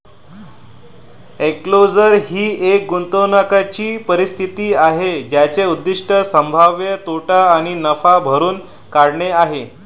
enclosure ही एक गुंतवणूकीची परिस्थिती आहे ज्याचे उद्दीष्ट संभाव्य तोटा किंवा नफा भरून काढणे आहे